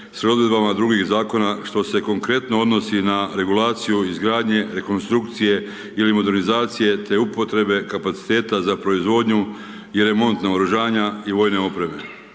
odredbama drugih zakona što se konkretno odnosi na regulaciju izgradnje, rekonstrukcije ili modernizacije te upotrebe kapaciteta za proizvodnju i remont naoružanja i vojne opreme.